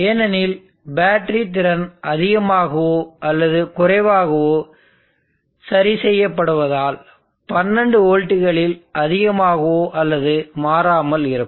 ஏனெனில் பேட்டரி திறன் அதிகமாகவோ அல்லது குறைவாகவோ சரி செய்யப்படுவதால் 12 வோல்ட்டுகளில் அதிகமாகவோ அல்லது மாறாமல் இருக்கும்